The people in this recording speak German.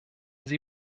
sie